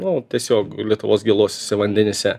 nu tiesiog lietuvos gėluosiuose vandenyse